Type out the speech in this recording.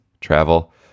travel